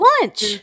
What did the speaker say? Lunch